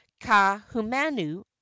Kahumanu